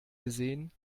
gesehen